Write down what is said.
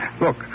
Look